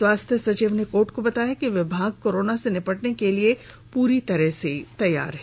स्वास्थ्य सचिव ने कोर्ट को बताया कि विभाग कोरोना से निपटने के लिए पूरी तरह से तैयार है